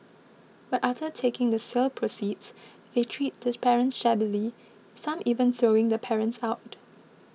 but after taking the sale proceeds they treat this parents shabbily some even throwing the parents out